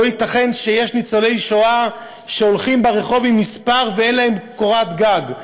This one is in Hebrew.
לא ייתכן שיש ניצולי שואה שהולכים ברחוב עם מספר ואין להם קורת גג,